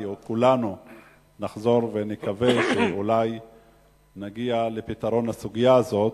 או כולנו אולי נחזור ונקווה שנגיע לפתרון הסוגיה הזאת.